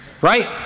Right